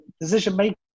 decision-making